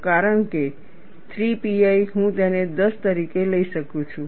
કારણ કે 3 pi હું તેને 10 તરીકે લઈ શકું છું